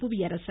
Puviyarasan